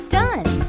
done